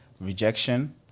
rejection